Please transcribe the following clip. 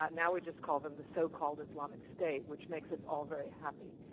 now we just call them the so-called islamic state, which makes us all very happy.